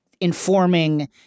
informing